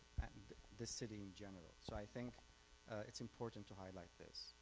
the city in general so i think it's important to highlight this.